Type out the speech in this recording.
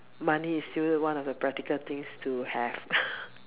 money is still one of the practical things to have